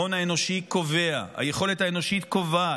ההון האנושי קובע, היכולת האנושית קובעת.